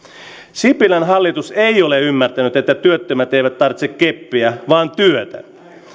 sipilän hallitus ei ole ymmärtänyt sitä että työttömät eivät tarvitse keppiä vaan työtä